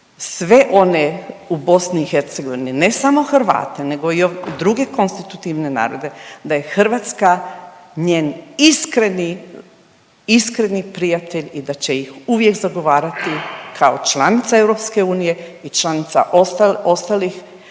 sve one u BiH, ne samo Hrvate nego i druge konstitutivne narode da je Hrvatska njen iskreni, iskreni prijatelj i da će ih uvijek zagovarati kao članica EU i članica ostalih